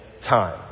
time